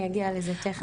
אני אגיע לזה תיכף.